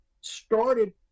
started